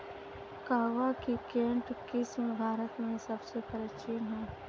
कहवा की केंट किस्म भारत में सबसे प्राचीन है